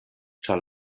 ĉar